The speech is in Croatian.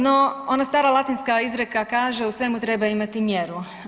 No, ona stara latinska izreka kaže u svemu treba imati mjeru.